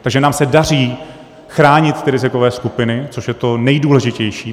Takže nám se daří chránit rizikové skupiny, což je to nejdůležitější.